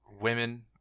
women